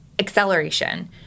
Acceleration